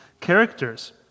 characters